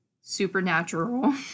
supernatural